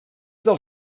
del